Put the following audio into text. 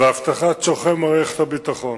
והבטחת צורכי מערכת הביטחון.